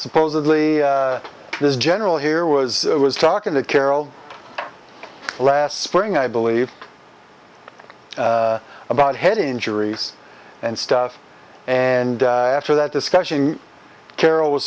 supposedly this general here was i was talking to carol last spring i believe about head injuries and stuff and after that discussion carol was